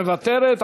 מוותרת,